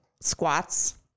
squats